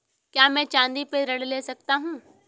क्या मैं चाँदी पर ऋण ले सकता हूँ?